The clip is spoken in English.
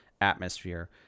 atmosphere